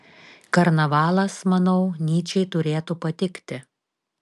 karnavalas manau nyčei turėtų patikti